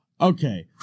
Okay